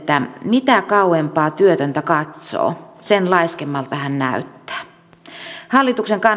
mitä kauempaa työtöntä katsoo sen laiskemmalta hän näyttää hallituksen